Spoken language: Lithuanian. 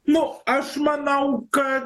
na aš manau kad